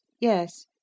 yes